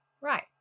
right